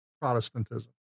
Protestantism